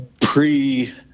pre